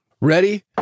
Ready